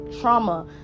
trauma